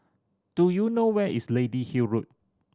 do you know where is Lady Hill Road